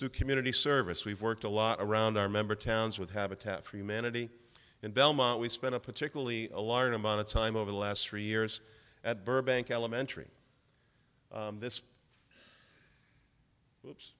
do community service we've worked a lot around our member towns with habitat for humanity in belmont we spent a particularly a large amount of time over the last three years at burbank elementary this